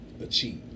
achieve